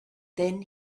then